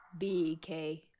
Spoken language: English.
BK